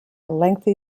lengthy